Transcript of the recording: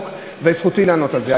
חוק, וזכותי לענות על זה.